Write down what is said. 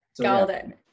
Golden